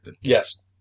Yes